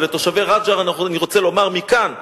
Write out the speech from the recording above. לתושבי רג'ר אני רוצה לומר מכאן,